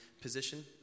position